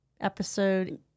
episode